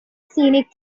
scenic